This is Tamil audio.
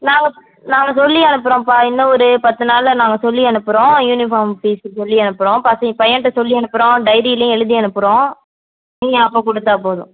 நாங்கள் நாங்கள் சொல்லி அனுப்புகிறோம்ப்பா இன்னும் ஒரு பத்து நாளில் நாங்கள் சொல்லி அனுப்புகிறோம் யூனிபார்ம் ஃபீஸ்சு சொல்லி அனுப்புகிறோம் பசங்கள் பையன்கிட்ட சொல்லி அனுப்புகிறோம் டைரிலேயும் எழுதி அனுப்புகிறோம் நீங்கள் அப்போ கொடுத்தாப் போதும்